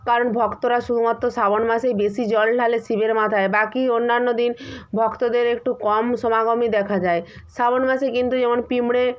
কারণ ভক্তরা শুধুমাত্র শ্রাবণ মাসেই বেশি জল ঢালে শিবের মাথায় বাকি অন্যান্য দিন ভক্তদের একটু কম সমাগমই দেখা যায় শ্রাবণ মাসে কিন্তু যেমন পিঁপড়ে